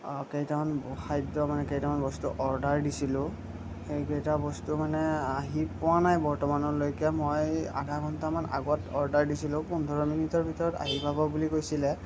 কেইটামান খাদ্য মানে কেইটামান বস্তু অৰ্ডাৰ দিছিলোঁ সেইকেইটা বস্তু তাৰমানে আহি পোৱা নাই বৰ্তমানলৈকে মই আধা ঘণ্টামান আগত অৰ্ডাৰ দিছিলোঁ পোন্ধৰ মিনিটৰ ভিতৰত আহি পাব বুলি কৈছিলে